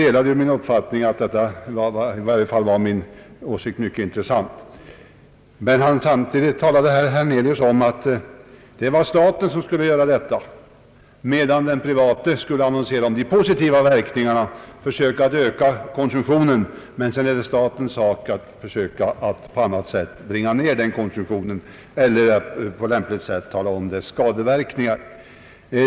Herr Hernelius ansåg i varje fall att min åsikt var mycket intressant. Samtidigt talade han om att det var staten som skulle redogöra för de negativa verkningarna — medan de privata näringsidkarna kunde få annonsera om de positiva verkningarna för att öka konsumtionen, så var det sedan statens sak att försöka nedbringa denna konsumtion eller att på lämpligt sätt tala om dess skadeverkningar.